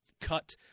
cut